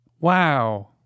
Wow